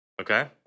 Okay